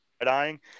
Dying